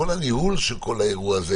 כל הניהול של האירוע הזה